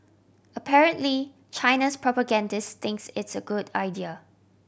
apparently China's propagandists think it's a good idea